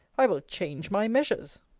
i will change my measures.